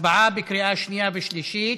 הצבעה בקריאה השנייה והשלישית,